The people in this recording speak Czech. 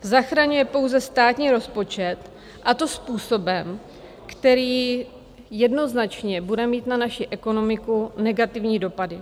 Zachraňuje pouze státní rozpočet, a to způsobem, který jednoznačně bude mít na naši ekonomiku negativní dopady.